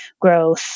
growth